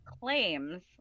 claims